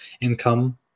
income